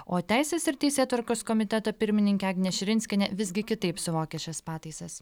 o teisės ir teisėtvarkos komiteto pirmininkė agnė širinskienė visgi kitaip suvokia šias pataisas